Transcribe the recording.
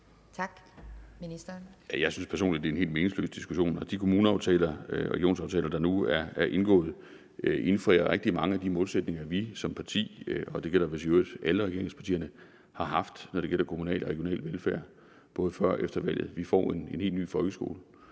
Jeg synes personligt, det er en helt meningsløs diskussion. De kommuneaftaler og regionsaftaler, der nu er indgået, opfylder rigtig mange af de målsætninger, vi som parti – og det gælder vist i øvrigt alle regeringspartierne – har haft, når det gælder kommunal og regional velfærd både før og efter valget. Vi får en helt ny folkeskole,